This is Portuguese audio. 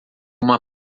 uma